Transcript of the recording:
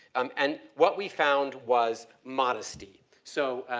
um and what we found was modesty. so,